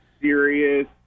serious